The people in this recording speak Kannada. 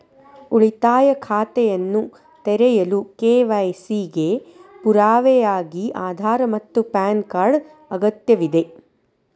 ಉಳಿತಾಯ ಖಾತೆಯನ್ನು ತೆರೆಯಲು ಕೆ.ವೈ.ಸಿ ಗೆ ಪುರಾವೆಯಾಗಿ ಆಧಾರ್ ಮತ್ತು ಪ್ಯಾನ್ ಕಾರ್ಡ್ ಅಗತ್ಯವಿದೆ